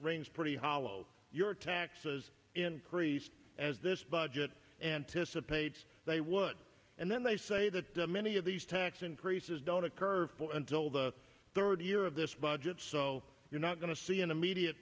rings pretty hollow your taxes increased as this budget anticipates they would and then they say that many of these tax increases don't occur until the third year of this budget so you're not going to see an immediate